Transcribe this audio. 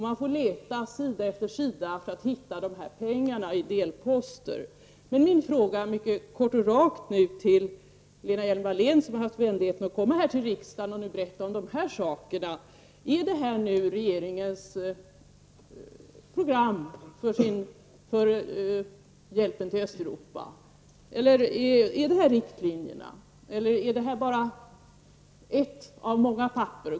Man får leta sida efter sida för att hitta dessa pengar som återfinns i delposter. Mina frågor till Lena Hjelm-Wallén, som har haft vänligheten att komma till riksdagen och berätta om de här sakerna, är följande: Är detta regeringens program för hjälpen till Östeuropa? Är detta riktlinjerna? Eller är detta bara ett av många papper?